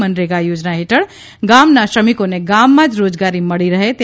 મનરેગા યોજના હેઠળ ગામના શ્રમિકોને ગામમાં જ રોજગારી મળી રહી છે